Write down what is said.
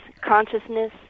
consciousness